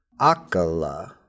Akala